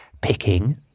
picking